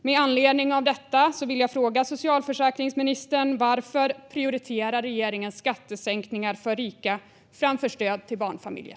Med anledning av detta vill jag fråga socialförsäkringsministern varför regeringen prioriterar skattesänkningar för rika framför stöd till barnfamiljer.